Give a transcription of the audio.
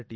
T